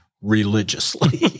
religiously